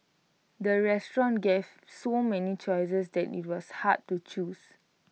the restaurant gave so many choices that IT was hard to choose